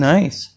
Nice